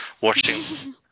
watching